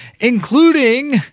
including